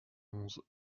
onze